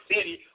City